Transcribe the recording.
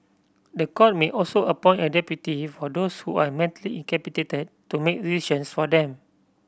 the court may also appoint a deputy for those who are mentally incapacitated to make decisions for them